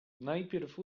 najpierw